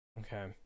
okay